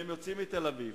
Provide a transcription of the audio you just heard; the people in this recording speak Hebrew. והם יוצאים מתל-אביב.